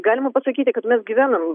galima pasakyti kad mes gyvenam